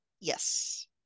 yes